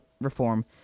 reform